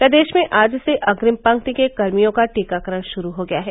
प्रदेश मे आज से अग्रिम पक्ति के कर्मियों का टीकाकरण शुरू हो गया है